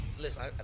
Listen